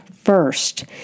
first